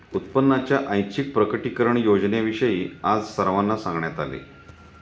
उत्पन्नाच्या ऐच्छिक प्रकटीकरण योजनेविषयी आज सर्वांना सांगण्यात आले